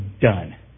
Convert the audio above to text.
done